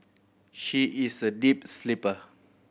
she is a deep sleeper